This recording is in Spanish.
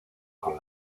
con